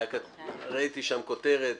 ראיתי שם כותרת,